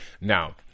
Now